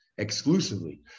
Exclusively